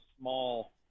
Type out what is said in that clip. small